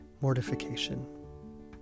mortification